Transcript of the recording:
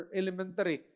elementary